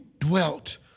dwelt